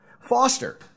Foster